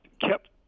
kept